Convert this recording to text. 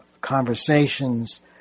conversations